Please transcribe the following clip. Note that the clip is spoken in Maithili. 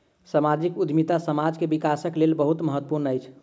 सामाजिक उद्यमिता समाज के विकासक लेल बहुत महत्वपूर्ण अछि